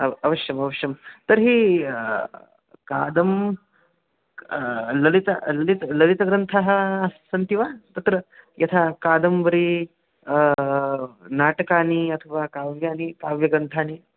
अव् अवशयम् अवश्यं तर्हि कादम् ललिता ललिता ललितग्रन्थः अस्ति सन्ति वा तत्र यथा कादम्बरी नाटकानि अथवा काव्यानि काव्यग्रन्थाः